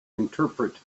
interpret